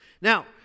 Now